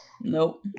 Nope